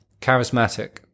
Charismatic